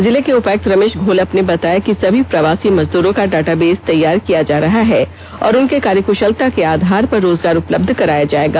जिले के उपायुक्त रमेष घोलप ने बताया की सभी प्रवासी मजदूरों का डाटाबेस तैयार किया जा रहा है और उनके कार्यकषलता के आधार पर रोजगार उपलब्ध कराया जायेगा